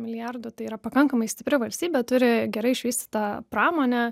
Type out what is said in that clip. milijardų tai yra pakankamai stipri valstybė turi gerai išvystytą pramonę